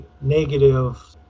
negative